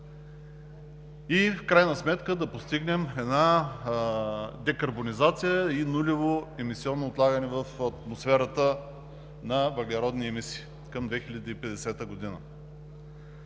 и в крайна сметка да постигнем една декарбонизация и нулево емисионно отлагане в атмосферата на въглеродни емисии към 2050 г.?